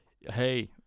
hey